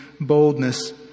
boldness